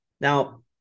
Now